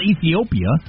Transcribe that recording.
Ethiopia